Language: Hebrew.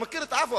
הוא מכיר את עפו,